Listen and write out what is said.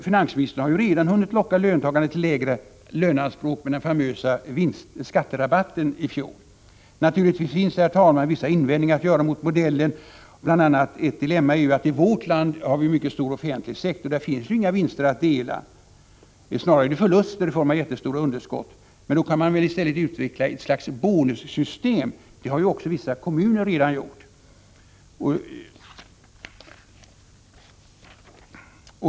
Finansministern har ju redan hunnit locka löntagarna till lägre löneanspråk med den famösa skatterabatten i fjol. Naturligtvis finns det, herr talman, vissa invändningar att göra mot den här modellen. Ett dilemma är bl.a. att vi i vårt land har en mycket stor offentlig sektor. Där finns ju inga vinster att dela — snarare förluster i form av jättestora underskott. Då kan man väl i stället utveckla ett slags bonussystem. Det har ju också vissa kommuner redan gjort.